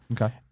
Okay